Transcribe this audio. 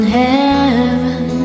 heaven